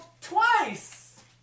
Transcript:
twice